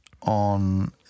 on